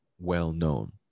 well-known